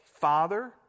Father